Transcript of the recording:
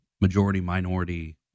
majority-minority